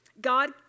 God